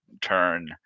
turn